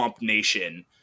Nation